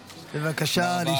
לך.